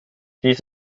dies